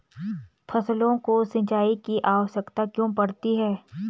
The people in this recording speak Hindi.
फसलों को सिंचाई की आवश्यकता क्यों पड़ती है?